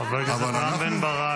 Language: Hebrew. אבל אנחנו --- חבר הכנסת רם בן ברק.